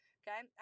okay